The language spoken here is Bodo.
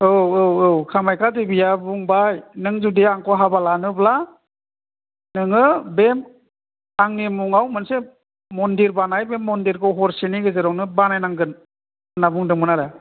औ औ औ कामाख्या देबिआ बुंबाय नों जुदि आंखौ हाबा लानोब्ला नोङो बे आंनि मुङाव मोनसे मन्दिर बानाय बे मन्दिरखौ हरसेनि गेजेरावनो बानायनांगोन होनना बुंदोंमोन आरो